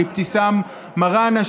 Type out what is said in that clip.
של אבתיסאם מראענה,